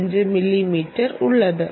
45 millimetre ഉള്ളത്